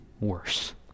Worse